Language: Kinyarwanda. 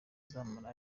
azamara